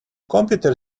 computer